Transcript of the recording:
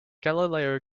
galileo